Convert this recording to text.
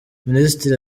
minisitiri